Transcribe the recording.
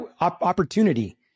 opportunity